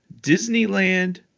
Disneyland